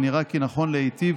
ונראה כי נכון להיטיב